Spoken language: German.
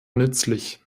nützlich